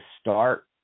start